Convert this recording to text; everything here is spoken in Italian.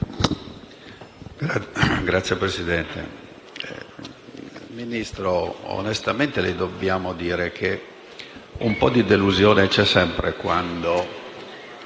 Signor Ministro, onestamente le dobbiamo dire che un po' di delusione c'è sempre quando